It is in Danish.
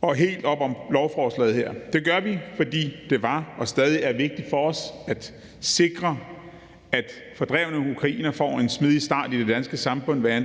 og helt op om lovforslaget her. Det gør vi, fordi det var og stadig er vigtigt for os at sikre, at fordrevne ukrainere får en smidig start i det danske samfund, hvad